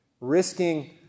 Risking